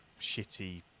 shitty